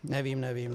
Nevím, nevím.